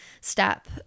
step